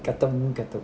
கதம் கதம்:kadham kadham